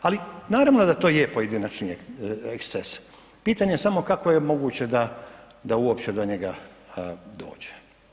Ali naravno da to je pojedinačni eksces, pitanje je samo kako je moguće da uopće do njega dođe.